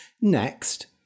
Next